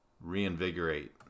reinvigorate